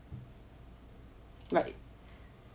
right